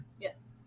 Yes